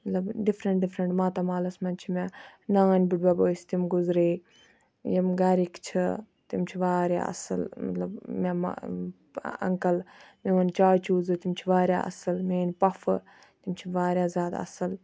مَطلَب different different ماتامالَس مَنٛز چھِ مےٚ نانۍ بٕڈبَب ٲسۍ تِم گُزرے یِم گَرِکۍ چھِ تِم چھِ واریاہ اَصل مَطلَب مےٚ ما اَنکَل اِوٕن چاچوٗ زٕ تِم چھِ واریاہ اَصل میٲنۍ پۄفہٕ تِم چھِ واریاہ زیادٕ اَصل